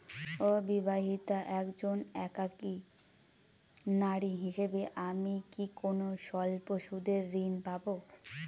অবিবাহিতা একজন একাকী নারী হিসেবে আমি কি কোনো স্বল্প সুদের ঋণ পাব?